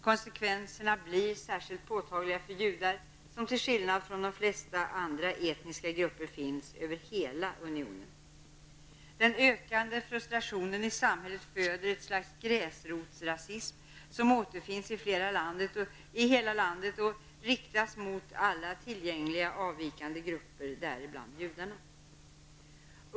Konsekvenserna blir särskilt påtagliga för judarna, som till skillnad från de flesta andra etniska grupper finns över hela unionen. Den ökande frustrationen i samhället föder ett slags gräsrotsrasism som återfinns i hela landet och riktas mot alla tillgängliga avvikande grupper, däribland judarna.